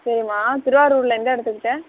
சரிம்மா திருவாரூரில் எந்த இடத்துக்கிட்ட